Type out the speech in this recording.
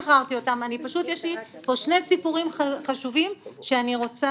פשוט יש לי שני סיפורים חשובים שאני רוצה